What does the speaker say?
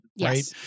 right